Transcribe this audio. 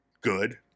good